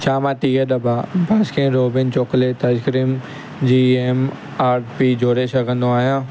छा मां टीह दॿा बस्किन रॉब्बिंस चॉकलेट आइसक्रीम जी एम आर पी जोड़े सघंदो आहियां